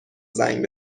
زنگ